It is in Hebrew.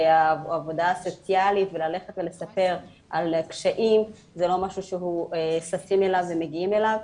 העבודה הסוציאלית וללכת ולספר על קשיים זה לא משהו שמגיעים אליו,